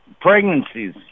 pregnancies